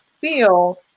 feel